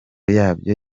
yabyo